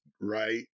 right